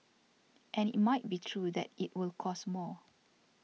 and it might be true that it will cost more